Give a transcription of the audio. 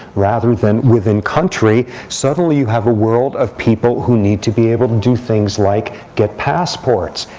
rather than within country, suddenly you have a world of people who need to be able to do things like get passports,